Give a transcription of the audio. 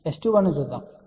S21 ను చూద్దాం S21 0